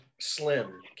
slim